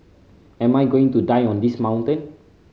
am I going to die on this mountain